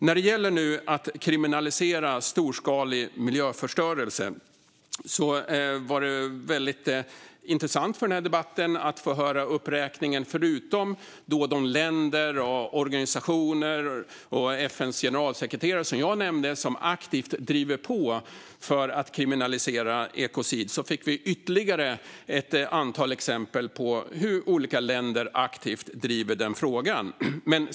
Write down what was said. När det gäller att kriminalisera storskalig miljöförstörelse var det intressant för debatten att få höra uppräkningen, förutom de länder, organisationer och FN:s generalsekreterare som aktivt driver på för att kriminalisera ekocid, av ytterligare ett antal exempel på hur olika länder aktivt driver frågan.